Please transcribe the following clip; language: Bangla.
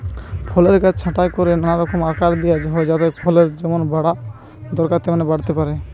ফলের গাছ ছাঁটাই কোরে নানা রকম আকার দিয়া হয় যাতে ফলের যেমন বাড়া দরকার তেমন বাড়তে পারে